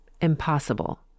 Impossible